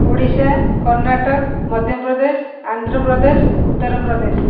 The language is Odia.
ଓଡ଼ିଶା କର୍ଣ୍ଣାଟକ ମଧ୍ୟପ୍ରଦେଶ ଆନ୍ଧ୍ରପ୍ରଦେଶ ଉତ୍ତରପ୍ରଦେଶ